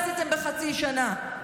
גרמתם לעם ישראל לשנוא אחד את השני.